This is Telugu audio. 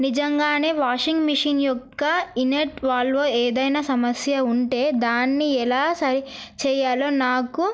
నిజంగానే వాషింగ్ మెషిన్ యొక్క ఇన్వెర్ట్ వాల్వ్ ఏదైనా సమస్య ఉంటే దాన్ని ఎలా సరి చేయాలో నాకు